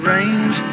Range